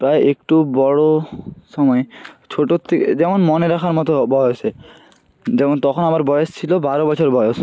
প্রায় একটু বড় সময় ছোটর থেকে যেমন মনে রাখার মতো বয়সে যেমন তখন আমার বয়স ছিল বারো বছর বয়স